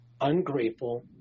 ungrateful